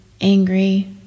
angry